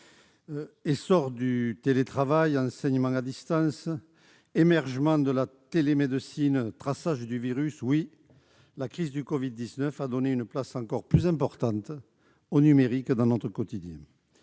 Essor du télétravail, enseignement à distance, émergence de la télémédecine, traçage de la transmission du virus : la crise du Covid-19 a donné une place encore plus importante au numérique dans notre quotidien.